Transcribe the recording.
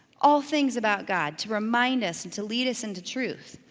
all things about god, to remind us and to lead us into truth.